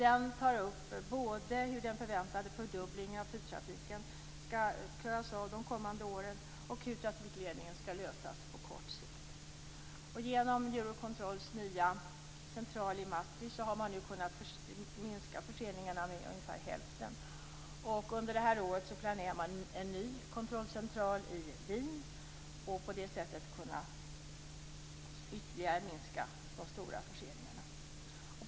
Den tar upp både hur den förväntade fördubblingen av flygtrafiken skall klaras av de kommande åren och hur trafikledningen skall lösas på kort sikt. Genom Eurocontrol och dess nya central i Maastricht har man nu kunnat minska förseningarna med ungefär hälften. Under det här året planerar man en ny kontrollcentral i Wien för att på det sättet ytterligare kunna minska de stora förseningarna.